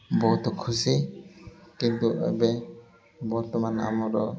ବହୁତ ଖୁସି କିନ୍ତୁ ଏବେ ବର୍ତ୍ତମାନ ଆମର